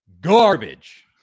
garbage